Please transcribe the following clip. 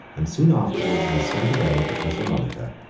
and soon afterwards was sent away to thessalonica,